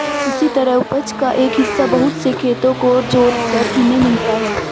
इसी तरह उपज का एक हिस्सा बहुत से खेतों को जोतकर इन्हें मिलता है